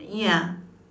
ya